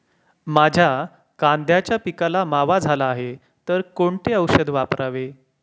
माझ्या कांद्याच्या पिकाला मावा झाला आहे तर कोणते औषध वापरावे?